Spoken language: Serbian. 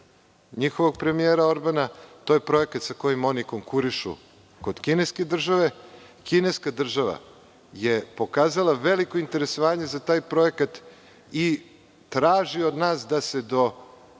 njihovog premijera Orbana. To je projekat sa kojim oni konkurišu kod kineske države. Kineska država je pokazala veliko interesovanje za taj projekat i traži od nas da se do